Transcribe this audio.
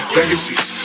Legacies